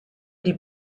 die